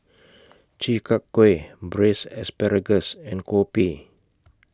Chi Kak Kuih Braised Asparagus and Kopi